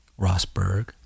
Rosberg